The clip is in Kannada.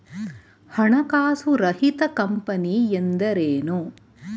ಹಣಕಾಸು ರಹಿತ ಕಂಪನಿ ಎಂದರೇನು?